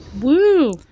Woo